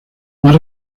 más